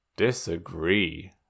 Disagree